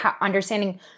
understanding